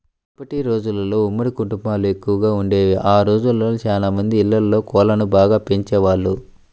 ఒకప్పటి రోజుల్లో ఉమ్మడి కుటుంబాలెక్కువగా వుండేవి, ఆ రోజుల్లో చానా మంది ఇళ్ళల్లో కోళ్ళను బాగా పెంచేవాళ్ళు